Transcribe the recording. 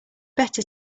better